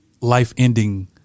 life-ending